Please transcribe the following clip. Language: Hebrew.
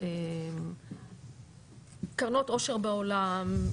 קרנות עושר בעולם,